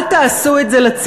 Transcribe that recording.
אל תעשו את זה לציבור.